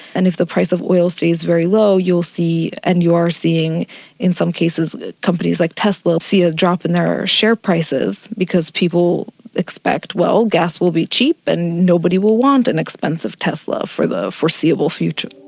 and if the price of oil stays very low you will see, and you are seeing in some cases companies like tesla see a drop in their share prices because people expect, well, gas will be cheap and nobody will want an expensive tesla for the foreseeable future.